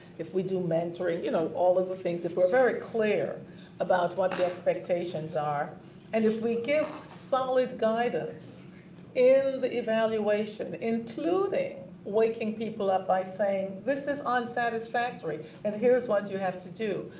if we do mentoring, you know? all of the things. if we're very clear about what the expectations are and if we give solid guidance in the evaluation, including waking people up by saying, this is unsatisfactory and here's what you have to do.